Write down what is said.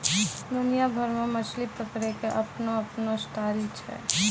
दुनिया भर मॅ मछली पकड़ै के आपनो आपनो स्टाइल छै